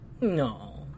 No